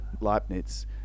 Leibniz